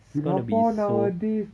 it's gonna be so